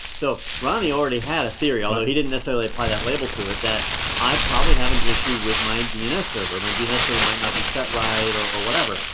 so ronnie already had a theory although he didn't necessarily apply that label to it that i probably have an issue with my dns server. my dns server might not be set right or whatever.